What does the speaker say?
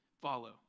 follow